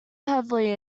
heavily